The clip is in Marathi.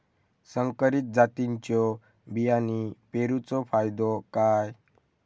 संकरित जातींच्यो बियाणी पेरूचो फायदो काय?